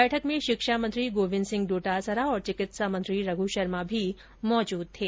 बैठक में शिक्षा मंत्री गोविन्द सिंह डोटासरा तथा चिकित्सा मंत्री रघु शर्मा भी मौजूद थे